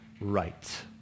Right